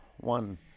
one